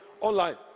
online